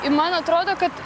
ir man atrodo kad